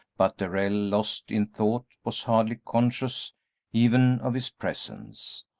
but darrell, lost in thought, was hardly conscious even of his presence.